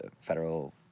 federal